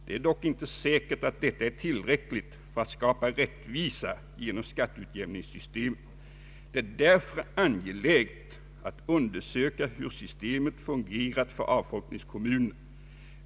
Det är dock inte säkert att detta är tillräckligt för att skapa rättvisa genom skatteutjämningssystemet. Det är därför angeläget att undersöka hur systemet fungerat för avfolkningskommunerna.